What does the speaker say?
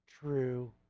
true